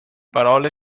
parole